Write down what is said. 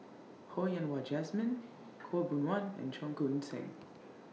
Ho Yen Wah Jesmine Khaw Boon Wan and Cheong Koon Seng